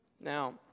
Now